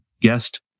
guest